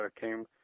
came